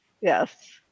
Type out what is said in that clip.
Yes